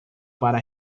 para